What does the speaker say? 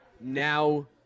now